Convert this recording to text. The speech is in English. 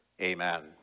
amen